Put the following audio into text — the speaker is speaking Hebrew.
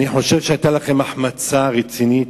אני חושב שהיתה לכם החמצה רצינית,